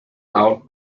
out